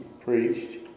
preached